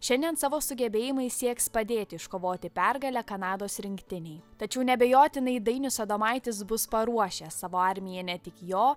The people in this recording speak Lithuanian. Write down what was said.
šiandien savo sugebėjimais sieks padėti iškovoti pergalę kanados rinktinei tačiau neabejotinai dainius adomaitis bus paruošęs savo armiją ne tik jo